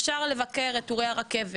אפשר לבקר את טורי הרכבת,